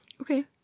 Okay